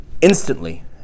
Instantly